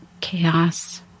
chaos